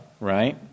Right